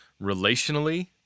relationally